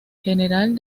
general